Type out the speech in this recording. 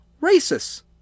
racists